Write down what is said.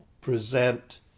present